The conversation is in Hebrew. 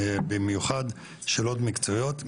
במיוחד שאלות מקצועיות.